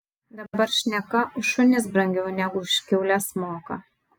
dabar šneka už šunis brangiau negu už kiaules moka